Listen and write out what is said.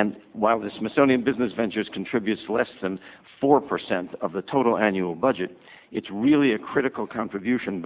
and while the smithsonian business ventures contributes less than four percent of the total annual budget it's really a critical contribution